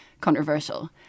controversial